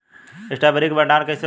Strawberry के भंडारन कइसे होला?